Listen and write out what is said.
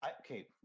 Okay